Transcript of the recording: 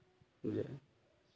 जाए